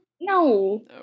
No